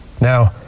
Now